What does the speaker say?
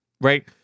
Right